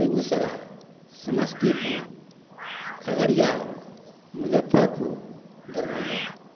Begusarai Samastipur Khagaria Muzaffarpur Darbhanga